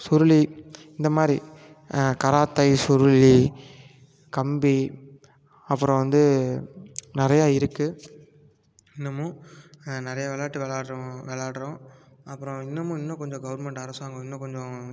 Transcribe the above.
சுருளி இந்த மாதிரி கராத்தே சுருளி கம்பி அப்புறோம் வந்து நிறைய இருக்குது இன்னமும் நிறைய விளாட்டு விளாடுறவங்க விளாடுகிறோம் அப்புறோம் இன்னமும் இன்னும் கொஞ்சம் கவுர்மெண்ட் அரசாங்கம் இன்னும் கொஞ்சம்